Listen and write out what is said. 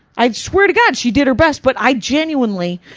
i swear to god, she did her best. but i genuinely,